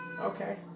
Okay